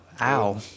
Ow